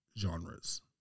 genres